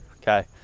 okay